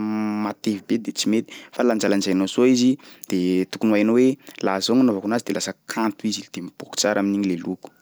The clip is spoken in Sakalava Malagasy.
matevy be de tsy mety fa lanjalanjainao soa izy de tokony ho hainao hoe laha zao gn'anaovako anazy de lasa kanto izy de miboaky tsara amin'igny le loko.